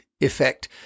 effect